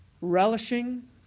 relishing